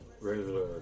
regular